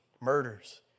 murders